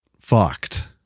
fucked